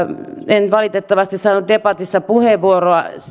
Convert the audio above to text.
en valitettavasti saanut debatissa puheenvuoroa